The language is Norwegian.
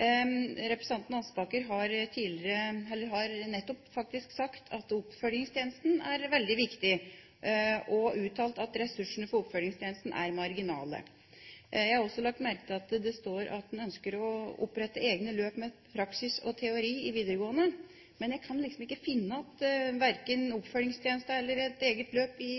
Representanten Aspaker har nettopp sagt at oppfølgingstjenesten er veldig viktig, og uttalt at ressursene for oppfølgingstjenesten er marginale. Jeg har også lagt merke til at det står at en ønsker å opprette egne løp med praksis og teori i videregående, men jeg kan liksom ikke finne igjen verken oppfølgingstjenesten eller et eget løp i